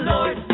Lord